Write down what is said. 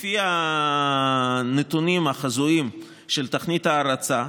לפי הנתונים החזויים של תוכנית ההרצה,